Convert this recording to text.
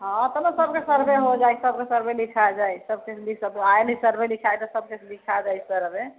हँ तब न सबके सर्वे हो जाइ सबके सर्वे लिखा जाइ सबके नीक सँ आयल है सर्वे लिखाय त सबके लिखा जाइ सर्वे